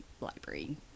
library